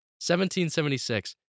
1776